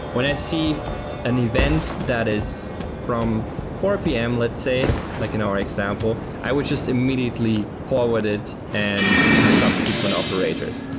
when i see an event that is from four pm, let's say, like in our example, i would just immediately forward it and to the subsequent operators.